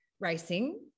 racing